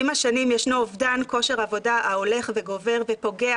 עם השנים ישנו אובדן כושר עבודה הולך וגובר ופוגע